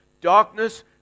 darkness